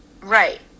Right